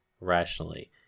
rationally